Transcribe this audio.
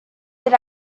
did